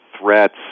threats